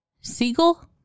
Seagull